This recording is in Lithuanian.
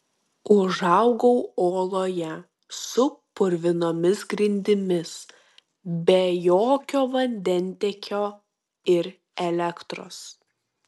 užaugau oloje su purvinomis grindimis be jokio vandentiekio ir elektros